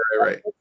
right